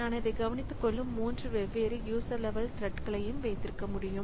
நான் அதை கவனித்துக்கொள்ளும் மூன்று வெவ்வேறு யூசர் லெவல் த்ரெட்களை வைத்திருக்க முடியும்